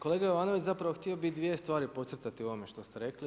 Kolega Jovanović, zapravo htio bi dvije stvari podcrtati u ovome što ste rekli.